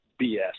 BS